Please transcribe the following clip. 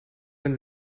wenn